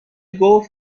گفت